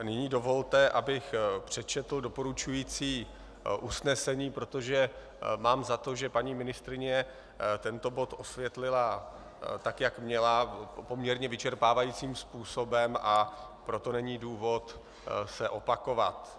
Nyní dovolte, abych přečetl doporučující usnesení, protože mám za to, že paní ministryně tento bod osvětlila tak, jak měla, poměrně vyčerpávajícím způsobem, a proto není důvod se opakovat.